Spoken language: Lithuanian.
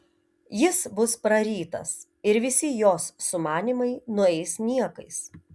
jis bus prarytas ir visi jos sumanymai nueis niekais